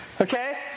Okay